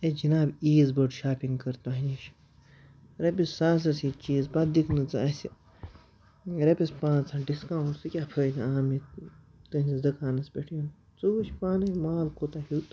أسۍ جِناب ییٖز بٔڈ شاپِنٛگ کٔر تۄہہِ نِش رۄپیَس ساسَس ہٮ۪تۍ چیٖز پَتہٕ دِکھ نہٕ ژٕ اَسہِ رۄپیَس پانٛژھ ہتھ ڈِسکاوُنٛٹ سُہ کیٛاہ فٲیدٕ آو مےٚ تُہٕنٛدِس دُکانَس پٮ۪ٹھ یُن ژٕ وُچھ پانٕے مال کوٗتاہ ہیوٚت